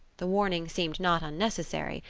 the warning seemed not unnecessary,